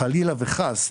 חלילה וחס,